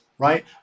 right